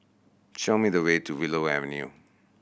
show me the way to Willow Avenue